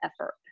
effort